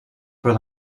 però